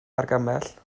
argymell